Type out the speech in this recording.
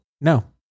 no